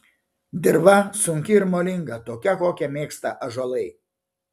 dirva sunki ir molinga tokia kokią mėgsta ąžuolai